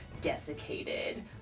desiccated